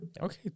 Okay